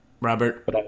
Robert